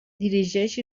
dirigeix